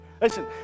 Listen